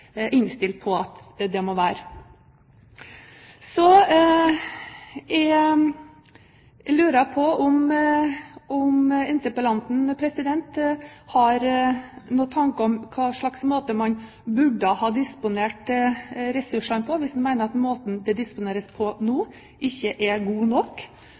innstilt på at det må være. Så lurer jeg på om interpellanten har noen tanker om hvordan man burde ha disponert ressursene, hvis han mener at måten de disponeres på nå, ikke er god nok.